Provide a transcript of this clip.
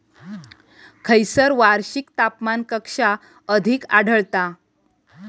खैयसर वार्षिक तापमान कक्षा अधिक आढळता?